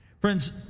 Friends